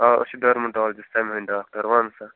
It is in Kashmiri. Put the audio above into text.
آ أسۍ چھِ ڈٔرمَٹالجِسٹہٕ ژَمہِ ہٕنٛدۍ ڈاکٹَر وَن سا